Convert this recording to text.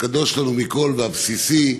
הקדוש לנו מכול, הבסיסי,